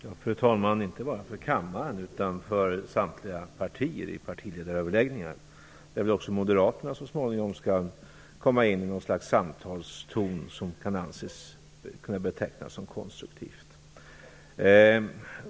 Fru talman! Jag skall göra det, inte bara för kammaren, utan för samtliga partier i partiledaröverläggningar, där väl också Moderaterna så småningom skall komma in i något slags samtalston som kan anses kunna betecknas som konstruktiv.